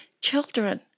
children